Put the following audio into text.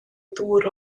ddŵr